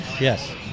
Yes